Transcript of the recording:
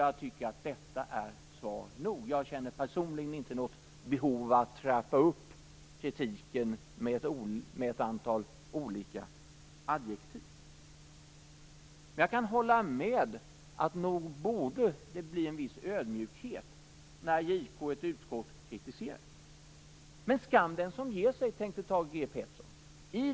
Jag tycker att detta är svar nog. Jag känner personligen inte något behov av att trappa upp kritiken med ett antal olika adjektiv. Men jag kan hålla med om att det nog borde bli en viss ödmjukhet när JK och ett utskott kritiserar. Men skam den som ger sig, tänkte Thage G Peterson.